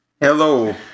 Hello